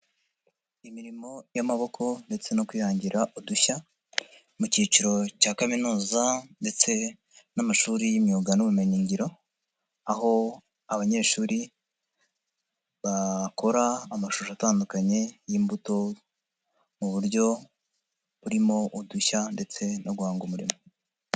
Imirimo y'amaboko ndetse no kwihangira udushya mu cyiciro cya kaminuza ndetse n'amashuri y'imyuga n'ubumenyingiro, aho abanyeshuri bakora amashusho atandukanye y'imbuto mu buryo burimo udushya ndetse no guhanga umurimo.